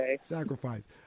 Sacrifice